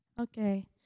Okay